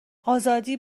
آزادی